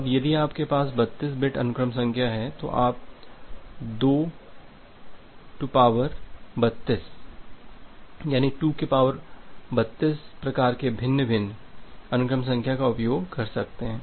अब यदि आपके पास 32 बिट अनुक्रम संख्या है तो आप 232 2 के पॉवर प्रकार के भिन्न भिन्न अनुक्रम संख्या का उपयोग कर सकते हैं